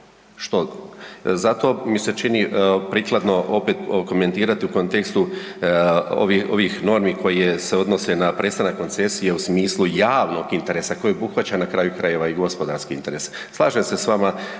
što? Zato mi se čini prikladno opet komentirati u kontekstu ovih normi koje se odnose na prestanak koncesije u smislu javnog interesa koji obuhvaća na kraju krajeva i gospodarski interes. Slažem se s vama